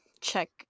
check